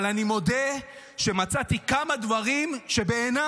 אבל אני מודה שמצאתי כמה דברים שבעיניי,